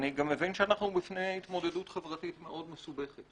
אני גם מבין שאנחנו בפני התמודדות חברתית מאוד מסובכת,